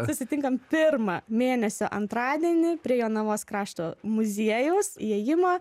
susitinkam pirmą mėnesio antradienį prie jonavos krašto muziejaus įėjimo